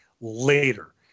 later